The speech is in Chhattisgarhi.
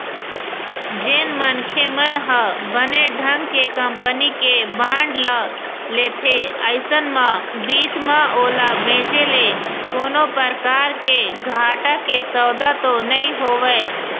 जेन मनखे मन ह बने ढंग के कंपनी के बांड ल लेथे अइसन म बीच म ओला बेंचे ले कोनो परकार के घाटा के सौदा तो नइ होवय